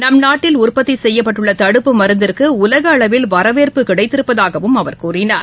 நம் நாட்டில் உற்பத்திசெய்யப்பட்டுள்ளதடுப்பு மருந்திற்குஉலகஅளவில் வரவேற்பு கிடைத்திருப்பதாகவும் அவர் கூறினார்